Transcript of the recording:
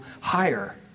higher